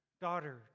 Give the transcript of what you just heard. daughter